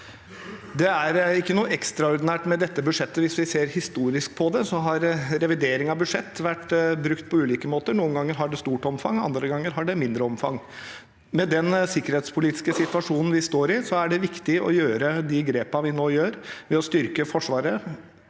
Det er ikke noe ekstraordinært med dette budsjettet. Hvis vi ser historisk på det, har revidering av budsjett blitt brukt på ulike måter. Noen ganger har det stort omfang, og andre ganger har det mindre omfang. Med den sikkerhetspolitiske situasjonen vi står i, er det viktig å ta de grepene vi nå gjør, ved å styrke Forsvaret,